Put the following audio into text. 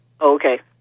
Okay